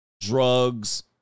drugs